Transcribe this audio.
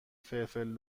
فلفل